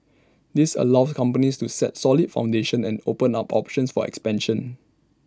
this allows companies to set solid foundation and opens up options for expansion